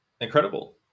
Incredible